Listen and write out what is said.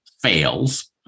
fails